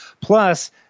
Plus